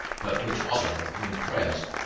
but which also, when pressed,